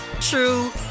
true